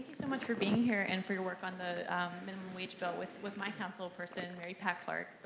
so much for being here and for your work on the minimum wage bill with with my councilperson mary pat clarke.